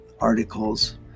articles